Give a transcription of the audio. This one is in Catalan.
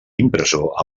impressor